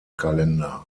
kalender